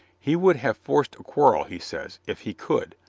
he would have forced a quarrel, he says, if he could,